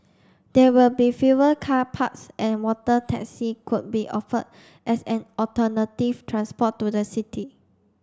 there will be fewer car parks and water taxi could be offered as an alternative transport to the city